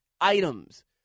items